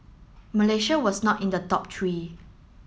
Malaysia was not in the top three